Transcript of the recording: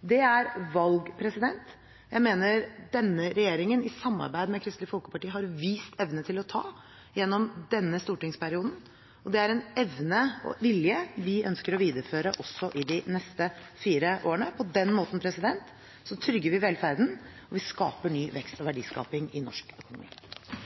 Det er valg jeg mener denne regjeringen i samarbeid med Kristelig Folkeparti har vist evne til å ta gjennom denne stortingsperioden. Det er en evne og vilje vi ønsker å videreføre også i de neste fire årene. På den måten trygger vi velferden, vi skaper ny vekst og verdiskaping i norsk økonomi.